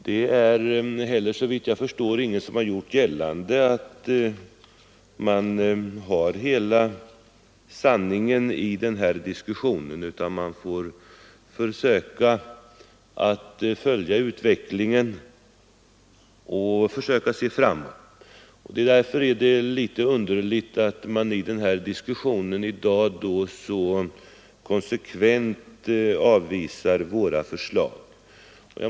Såvitt jag förstår är det heller ingen som har gjort gällande att man får fram hela sanningen i den här diskussionen, utan man får följa utvecklingen och försöka se framåt. Därför är det litet underligt att man i den här diskussionen i dag så konsekvent avvisar våra förslag.